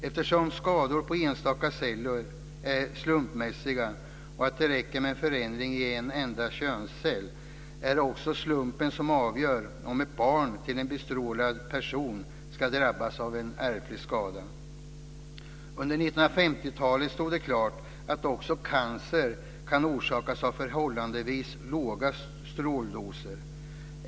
Eftersom skador på enstaka celler är slumpmässiga och det räcker med en förändring i en enda könscell, är det också slumpen som avgör om ett barn till en bestrålad person ska drabbas av en ärftlig skada. Under 1950-talet stod det klart att också cancer kan orsakas av förhållandevis låga stråldoser.